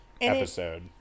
episode